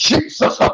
Jesus